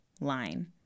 line